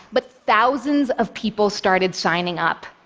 but thousands of people started signing up.